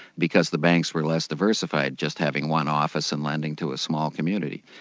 because the banks were less diversified, just having one office and lending to a small community.